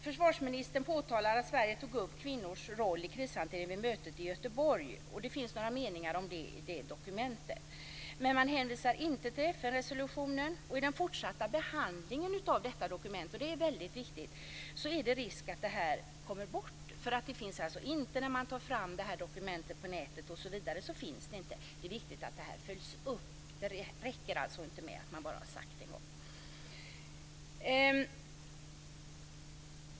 Försvarsministern påtalar att Sverige tog upp kvinnors roll i krishantering vid mötet i Göteborg. Det finns några meningar om det i ordförandeskapets rapport, men man hänvisar inte till FN-resolutionen. I den fortsatta behandlingen av detta dokument är det risk för att detta kommer bort. I dokumentet på nätet finns det ingenting om detta. Det är viktigt att det här följs upp. Det räcker alltså inte med att man bara har sagt det en gång.